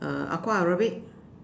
uh Aqua aerobic